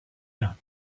lin